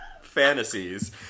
fantasies